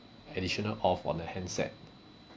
additional off on the handset